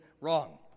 wrong